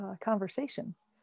conversations